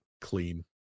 clean